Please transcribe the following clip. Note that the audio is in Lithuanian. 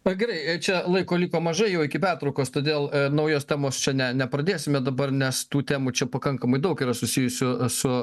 na gerai čia laiko liko mažai jau iki pertraukos todėl naujos temos čia ne nepradėsime dabar nes tų temų čia pakankamai daug yra susijusių su